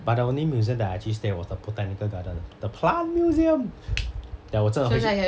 but the only museum that I actually stayed was the botanical garden the plant museum ya 我真的会去